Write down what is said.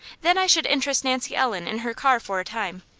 then i should interest nancy ellen in her car for a time,